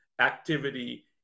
activity